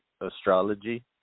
astrology